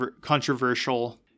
controversial